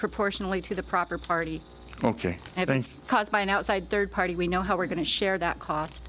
proportionally to the proper party ok evidence caused by an outside third party we know how we're going to share that cost